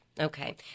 Okay